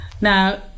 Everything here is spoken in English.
Now